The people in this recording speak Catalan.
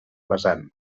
vessant